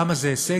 למה זה הישג?